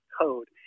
code